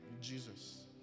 jesus